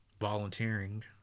volunteering